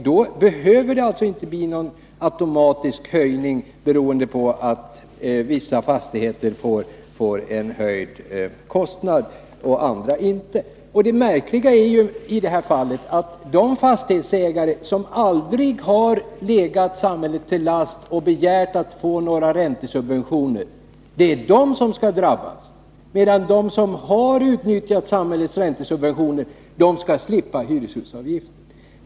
Då behöver det inte bli någon automatisk Torsdagen den höjning beroende på att vissa fastigheter får en höjd kostnad och andra inte. 16 december 1982 Det märkliga i detta fall är att det är de fastighetsägare som aldrig har legat samhället till last eller begärt några räntesubventioner som skall drabbas, — Vissa ekonomiskmedan de som har utnyttjat samhällets säntesubygationer skall SIP politiska åtgärder hyreshusavgiften.